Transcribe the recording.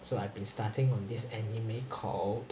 so I've been starting on this anime called